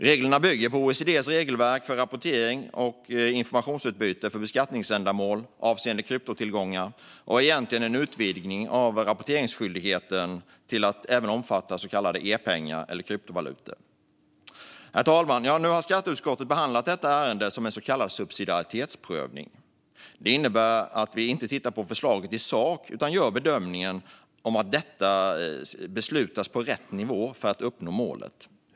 Reglerna bygger på OECD:s regelverk för rapportering och informationsutbyte för beskattningsändamål avseende kryptotillgångar och är egentligen en utvidgning av rapporteringsskyldigheten till att även omfatta så kallade e-pengar eller kryptovalutor. Herr talman! Nu har skatteutskottet behandlat detta ärende som en så kallad subsidiaritetsprövning. Detta innebär att vi inte tittar på förslaget i sak utan gör en bedömning av om det beslutas på rätt nivå för att uppnå målet.